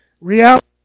reality